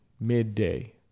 midday